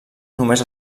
només